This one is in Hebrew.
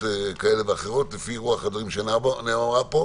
כאלה ואחרות לפי רוח הדברים שנאמרו פה,